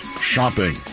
shopping